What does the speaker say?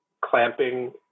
clamping